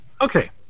Okay